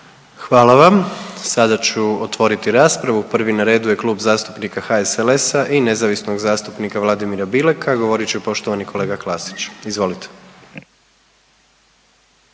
Hvala vam. Sada ću otvoriti raspravu. Pri na redu je Kluba zastupnika HSLS-a i nezavisnog zastupnika Vladimira Bileka, govorit će poštovani kolega Klasić, izvolite.